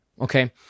okay